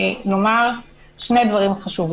שנייה.